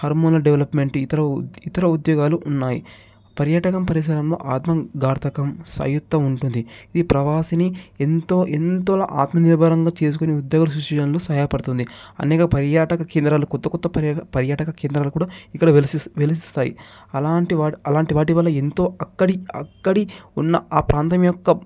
hormonal development ఇతర ఇతర ఉద్యోగాలు ఉన్నాయి పర్యాటకం పరిశ్రమంలో ఆత్మం గాధకం సయుత్తం ఉంటుంది ఈ ప్రవాసిని ఎంతో ఎంతోల ఆత్మ నిబంధన చేసుకునే ఉద్యోగ కృషులను సహాయపడుతుంది అనేక పర్యాటక కేంద్రాలు కొత్త కొత్త పర్యటక కేంద్రాలు కూడా ఇక్కడ వెలిసి వెలిసిస్తాయి అలాంటి వాటి అలాంటి వాటి వల్ల ఎంతో అక్కడి అక్కడి ఉన్న ఆ ప్రాంతం యొక్క